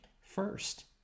first